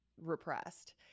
repressed